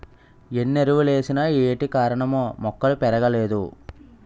ఎన్నెరువులేసిన ఏటికారణమో మొక్కలు పెరగలేదు